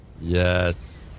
Yes